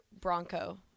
Bronco